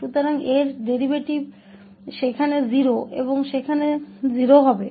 तो इसका डेरीवेटिव वहाँ 0 और वहाँ भी 0 होगा